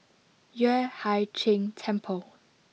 Yueh Hai Ching Temple